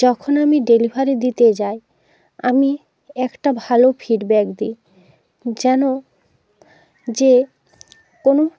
যখন আমি ডেলিভারি দিতে যাই আমি একটা ভালো ফিডব্যাক দিই যেন যে কোনো